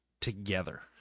together